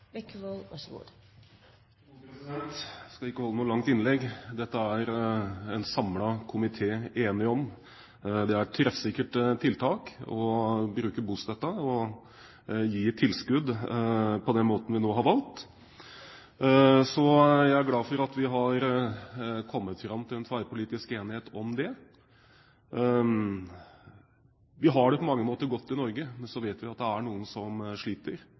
en samlet komité enig om. Det er et treffsikkert tiltak å bruke bostøtten og gi tilskudd på den måten vi nå har valgt å gjøre. Jeg er glad for at vi har kommet fram til en tverrpolitisk enighet om det. Vi har det på mange måter godt i Norge, men så vet vi at det er noen som sliter.